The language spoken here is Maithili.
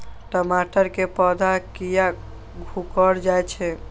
टमाटर के पौधा किया घुकर जायछे?